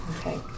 Okay